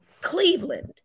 Cleveland